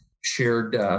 shared